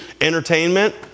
Entertainment